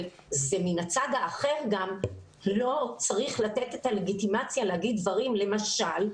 מן הצד האחר גם לא צריך לתת את הלגיטימציה להגיד דברים למשל,